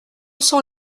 sont